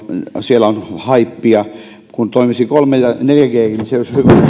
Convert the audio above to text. siellä on haippia kun toimisi kolme g ja neljä g kin niin se olisi hyvä niin